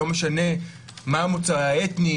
לא משנה מה מוצאו האתני,